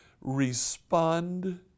Respond